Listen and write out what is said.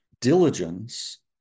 Diligence